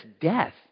death